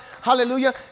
Hallelujah